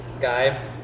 guy